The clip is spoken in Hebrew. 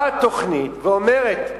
באה תוכנית ואומרת,